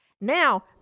Now